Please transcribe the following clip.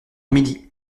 midi